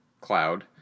cloud